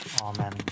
amen